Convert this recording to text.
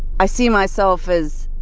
i see myself as